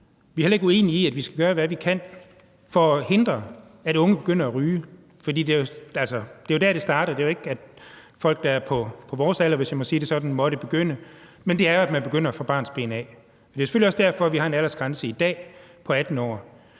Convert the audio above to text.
Vi er heller ikke uenige i, at vi skal gøre, hvad vi kan, for at hindre, at unge begynder at ryge, for det er jo der, det starter. Det er jo ikke folk, der er på vores alder, hvis jeg må sige det sådan, der begynder på det; det er noget, man begynder på fra barnsben af. Det er selvfølgelig også derfor, at vi i dag har en aldersgrænse på 18 år.